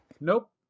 Nope